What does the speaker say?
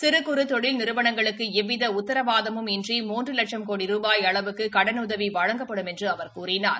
சிறு குறு தொழில் நிறுவனங்களுக்கு எவ்வித உத்தரவாதமும் இன்றி மூன்று லட்சம் கோடி ரூபாய் அளவுக்கு கடனுதவி வழங்கப்படும் என்று அவர் கூறினார்